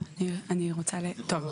טוב,